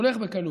הולך בקלות,